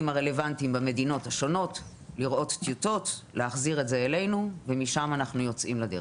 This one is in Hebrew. הרלוונטיים במדינות השונות לראות טיוטות להחזיר אלינו ומשם יוצאים לדרך.